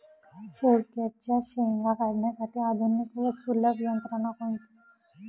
शेवग्याच्या शेंगा काढण्यासाठी आधुनिक व सुलभ यंत्रणा कोणती?